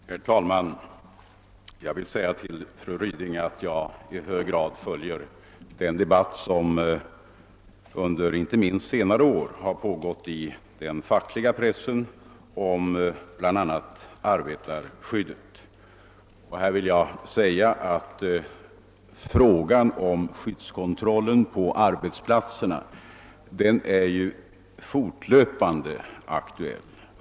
Herr talman! Jag vill försäkra fru Ryding att jag mycket noga har följt den debatt som särskilt under senare tid pågått i den fackliga pressen om bl.a. arbetarskyddet. Frågan om skyddskontrollen på arbetsplatserna är ju fortlöpande aktuell.